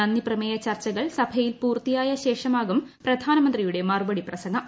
നന്ദിപ്രമേയ ചർച്ചുകൾ സഭയിൽപൂർത്തിയായ ശേഷ മാകും പ്രധാനമന്ത്രിയുടെ മറുപടി പ്രസംഗം